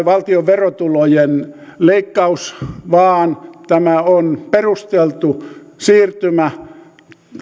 valtion verotulojen leikkaus vaan tämä on perusteltu siirtymä